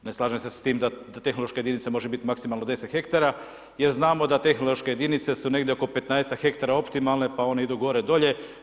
Ne slažem se s tim da tehnološka jedinica može biti maksimalno 10 hektara jer znamo da tehnološke jedinice su negdje oko 15-ak hektara optimalne pa one idu gore, dolje.